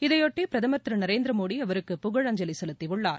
இதையொட்டி பிரதமர் திரு நரேந்திரமோடி அவருக்கு புகழஞ்சவி செலுத்தியுள்ளார்